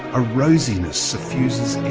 a rosiness suffuses